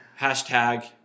Hashtag